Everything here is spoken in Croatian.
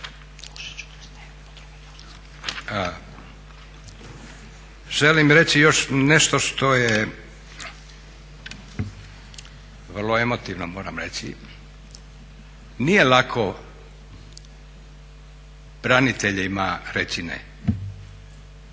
Želim reći još nešto što je vrlo emotivno moram reći, nije lako braniteljima reći ne,